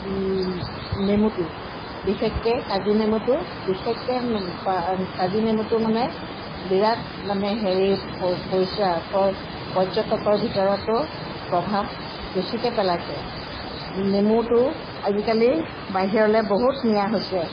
নেমুটো বিশেষকৈ কাজি নেমুটো বিশেষকৈ কাজি নেমুটো মানে বিৰাট মানে হেৰি প পৰিছে প পৰ্যটকৰ ভিতৰতো প্ৰভাৱ বেছিকৈ পেলাইছে নেমুটো আজিকালি বাহিৰলৈ বহুত নিয়া হৈছে